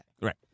Right